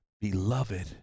Beloved